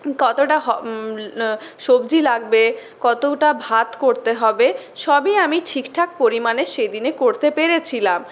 কতটা সবজি লাগবে কতটা ভাত করতে হবে সবই আমি ঠিকঠাক পরিমাণে সেদিনে করতে পেরেছিলাম